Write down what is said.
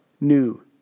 new